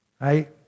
right